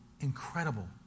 Incredible